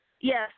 Yes